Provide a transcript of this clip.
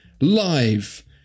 live